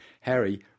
Harry